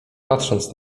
patrząc